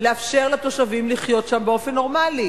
לאפשר לתושבים לחיות שם באופן נורמלי,